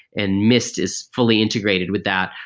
and mist is fully integrated with that.